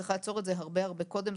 צריך לעצור את זה הרבה-הרבה קודם.